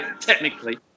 technically